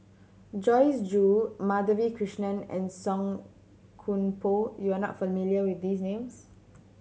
Joyce Jue Madhavi Krishnan and Song Koon Poh you are not familiar with these names